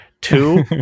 two